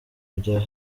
kujya